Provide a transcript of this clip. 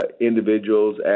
individuals